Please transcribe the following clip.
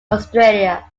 australia